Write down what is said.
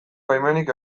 baimenik